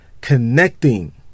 connecting